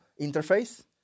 interface